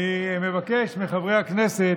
אני מבקש מחברי הכנסת,